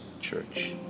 church